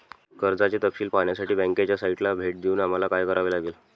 कर्जाचे तपशील पाहण्यासाठी बँकेच्या साइटला भेट देऊन आम्हाला काय करावे लागेल?